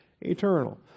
Eternal